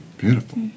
Beautiful